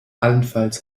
allenfalls